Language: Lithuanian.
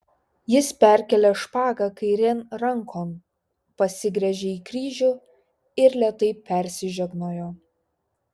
jis perkėlė špagą kairėn rankon pasigręžė į kryžių ir lėtai persižegnojo